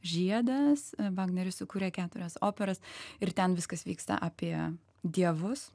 žiedas vagneris sukūrė keturias operas ir ten viskas vyksta apie dievus